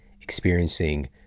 experiencing